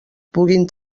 puguin